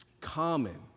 common